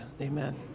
amen